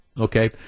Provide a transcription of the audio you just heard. Okay